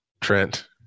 Trent